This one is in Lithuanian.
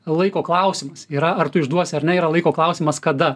laiko klausimas yra ar tu išduosi ar ne yra laiko klausimas kada